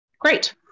great